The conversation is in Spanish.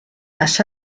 las